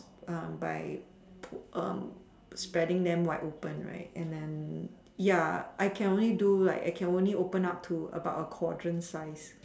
by pull spreading them wide open right and then ya I can only do right I can only open up to like a quadrant size